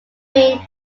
mean